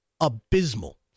abysmal